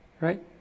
Right